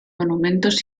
monumentos